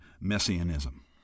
Messianism